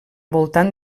voltant